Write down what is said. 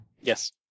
Yes